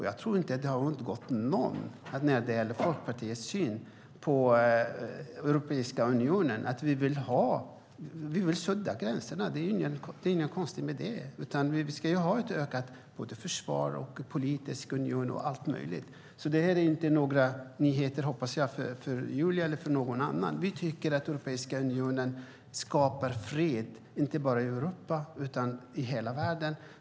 Jag tror inte att det har undgått någon att vi i Folkpartiet har en syn på Europeiska unionen som innebär att vi vill sudda ut gränserna. Det är inget konstigt med det. Vi ska ha ett ökat försvar och en ökad politisk union och allt möjligt. Jag hoppas att detta inte är nyheter för Julia eller för någon annan. Vi tycker att Europeiska unionen skapar fred, inte bara i Europa utan i hela världen.